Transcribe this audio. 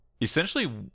Essentially